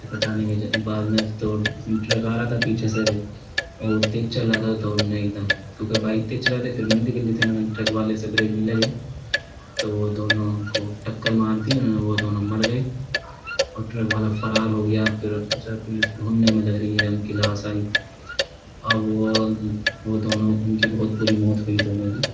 تو کٹانے کے بعد میں تو ٹرک آ رہا تھا پیچھے سے بھئی اور وہ تیز چل رہا تھا تو انہوں نے ایک دم کیونکہ بائک تیز چلا رہے تھے پھر مندی کرلی تھی انہوں نے ٹرک والے سے بریک نہیں لگے تو وہ دونوں کو ٹکر مار دی انہوں نے وہ دونوں مر گئے اور ٹرک والا فرار ہو گیا فر اسے پولیس ڈھونڈنے میں لگ رہی ہے ان کی لاش آئی اور وہ وہ دونوں ان کی بہت بری موت ہوئی دونوں کی